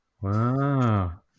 Wow